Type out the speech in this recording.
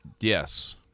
Yes